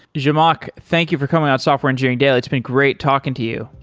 zhamak, thank you for coming on software engineering daily. it's been great talking to you.